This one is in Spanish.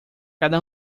cada